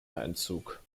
einzug